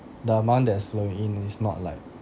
the amount that's flowing in is not like